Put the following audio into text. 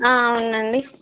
అవునండి